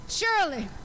surely